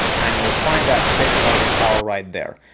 and you'll find that set target power right there.